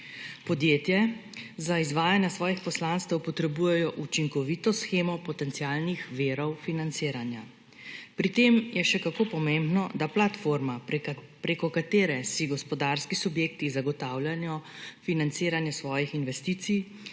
Podjetja za izvajanje svojih poslanstev potrebujejo učinkovito shemo potencialnih virov financiranja. Pri tem je še kako pomembno, da platforma, preko katere si gospodarski subjekti zagotavljajo financiranje svojih investicij,